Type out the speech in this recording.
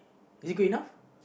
is good enough